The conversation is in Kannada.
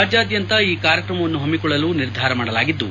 ರಾಜ್ಯಾದ್ಯಂತ ಈ ಕಾರ್ಯಕ್ರಮವನ್ನು ಹಮ್ಮಿಕೊಳ್ಳಲು ನಿರ್ಧಾರ ಮಾಡಲಾಗಿದ್ದು